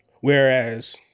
Whereas